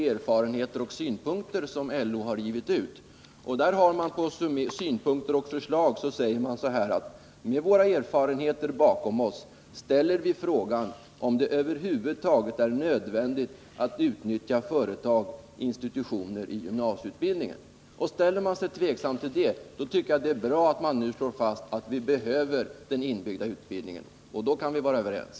Erfarenheter och synpunkter” som LO har givit ut och där det under rubriken ”Synpunkter och förslag” heter: s ”Med våra erfarenheter bakom oss, ställer vi frågan om det över huvud taget är nödvändigt att utnyttja företag/institutioner i gymnasieutbildningen.” Ställer man sig där tveksam till det tycker jag det är bra att det nu slås fast att vi behöver den inbyggda utbildningen. Då kan vi vara överens.